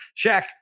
Shaq